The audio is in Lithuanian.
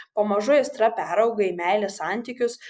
pamažu aistra perauga į meilės santykius